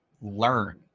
learn